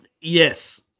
Yes